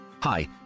Hi